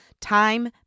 Time